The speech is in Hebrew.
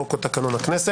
חוק או תקנון הכנסת.